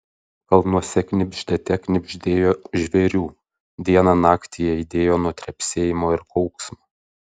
kalnuose knibždėte knibždėjo žvėrių dieną naktį jie aidėjo nuo trepsėjimo ir kauksmo